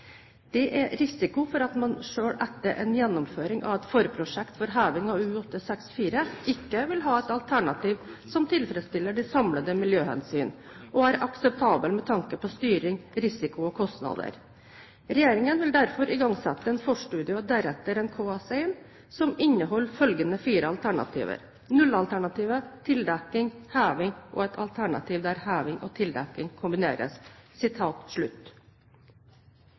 Det er en risiko for at man selv etter en gjennomføring av et forprosjekt for heving av U-864 ikke vil ha et alternativ som tilfredsstiller de samlede miljøhensyn, og er akseptabelt med tanke på styring, risiko og kostnader. Regjeringen vil derfor igangsette en forstudie og deretter en KS1 som inneholder følgende fire alternativer: nullalternativet, tildekking, heving og et alternativ der heving og tildekking kombineres.»